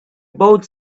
both